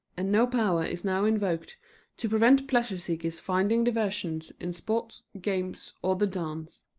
and no power is now invoked to prevent pleasure-seekers finding diversion in sports, games, or the dance.